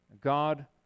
God